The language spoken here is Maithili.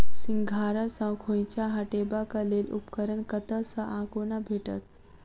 सिंघाड़ा सऽ खोइंचा हटेबाक लेल उपकरण कतह सऽ आ कोना भेटत?